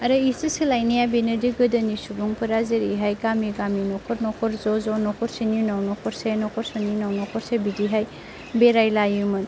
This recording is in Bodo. आरो इसे सोलायनाया बेनो दि गोदोनि सुबुंफोरा जेरैहाय गामि गामि न'खर न'खर ज' ज' न'खरसेनि उनाव न'खरसे न'खरसेनि उनाव न'खरसे बिदिहाय बेरायलायोमोन